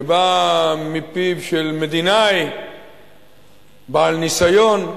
שבאה מפיו של מדינאי בעל ניסיון,